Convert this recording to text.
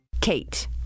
KATE